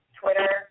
Twitter